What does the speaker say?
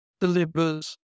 delivers